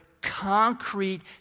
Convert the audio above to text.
concrete